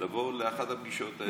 מוזמנת לאחת הפגישות האלה.